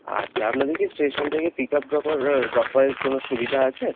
আচ্ছা আপনাদের কি স্টেশন থেকে পিক আপ ড্রপ আর ড্রপ আরের কোনো সুবিধা আছে